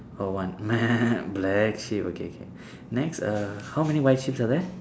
oh one black sheeps okay K next err how many white sheeps are there